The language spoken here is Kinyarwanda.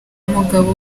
mugabo